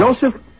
Joseph